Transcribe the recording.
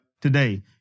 today